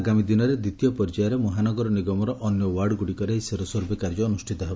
ଆଗାମୀ ଦିନରେ ଦିବତୀୟ ପର୍ଯ୍ୟାୟରେ ମହାନଗର ନିଗମର ଅନ୍ୟ ଓ୍ୱାର୍ଡ଼ଗୁଡ଼ିକରେ ଏହି ସରୋସର୍ଭେ କାର୍ଯ୍ୟ ଅନୁଷିତ ହେବ